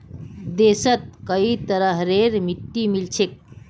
देशत कई तरहरेर मिट्टी मिल छेक